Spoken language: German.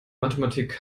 mathematik